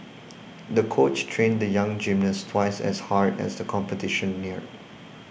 the coach trained the young gymnast twice as hard as the competition neared